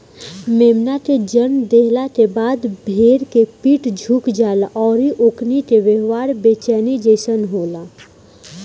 मेमना के जनम देहला के बाद भेड़ के पीठ झुक जाला अउरी ओकनी के व्यवहार बेचैनी जइसन होला